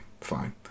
fine